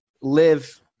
live